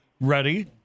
Ready